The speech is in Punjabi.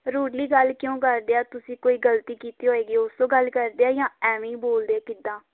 ਰੂਡਲੀ ਗੱਲ ਕਿਉਂ ਕਰਦੇ ਆ ਤੁਸੀਂ ਕੋਈ ਗਲਤੀ ਕੀਤੀ ਹੋਏਗੀ ਉਸ ਤੋਂ ਗੱਲ ਕਰਦੇ ਆ ਜਾਂ ਐਵੇਂ ਹੀ ਬੋਲਦੇ ਕਿੱਦਾਂ